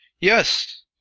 Yes